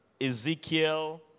Ezekiel